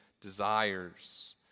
desires